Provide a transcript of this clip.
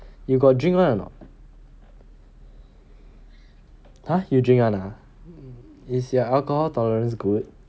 you got drink [one] or not !huh! you drink [one] ah is you alcohol tolerance good